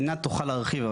עינת תוכל להרחיב,